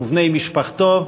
ובני משפחתו.